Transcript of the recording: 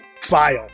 file